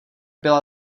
byla